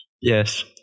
Yes